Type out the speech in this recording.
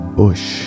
bush